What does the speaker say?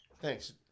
Thanks